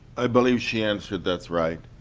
i believe she answered, that's right.